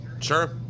Sure